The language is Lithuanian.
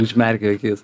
užmerki akis